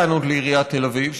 טענות לעיריית תל אביב,